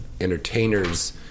entertainers